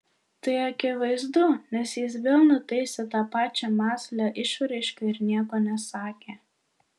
tai akivaizdu nes jis vėl nutaisė tą pačią mąslią išraišką ir nieko nesakė